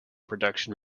production